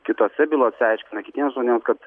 kitose bylose aiškina kitiems žmonėms kad